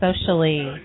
socially